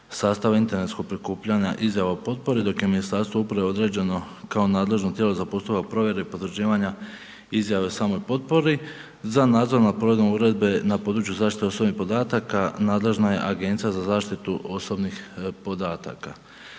sastava internetskog prikupljanja izjava o potpori dok je Ministarstvo uprave određeno kao nadležno tijelo za poslove provjere i potvrđivanja izjave o samoj potpori. Za nadzor nad provedbom uredbe na području osobnih podataka nadležna je Agencija za zaštitu osobnih podataka.